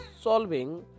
solving